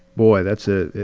boy, that's a